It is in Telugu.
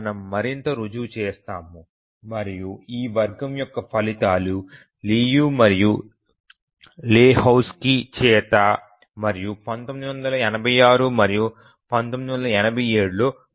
మనము మరింత రుజువు చేస్తాము మరియు ఈ వర్గం యొక్క ఫలితాలు లియు మరియు లెహోజ్కీ చేత మరియు 1986 మరియు 1987లో పరిశీలించబడ్డాయి